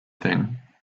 thing